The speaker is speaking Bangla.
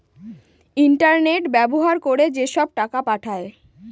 ইন্টারনেট ব্যবহার করে যেসব টাকা পাঠায়